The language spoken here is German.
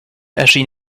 erschien